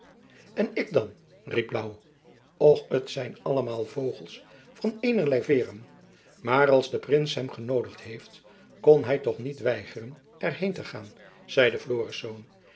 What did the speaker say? en ik dan riep louw och t zijn allemaal vogels van eenerlei veêren maar als de prins hem genoodigd heeft kon hy toch niet weigeren er heen te gaan zeide florisz